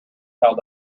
held